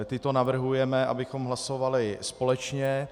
Tyto navrhujeme, abychom hlasovali společně.